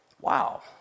Wow